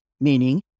meaning